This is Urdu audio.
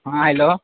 ہاں ہیلو